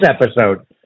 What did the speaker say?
episode